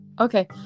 okay